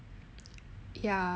ya